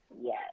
yes